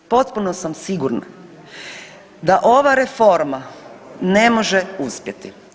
Potpuno sam sigurna da ova reforma ne može uspjeti.